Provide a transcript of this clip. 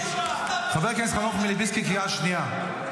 קריאה שנייה.